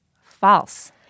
False